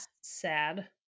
sad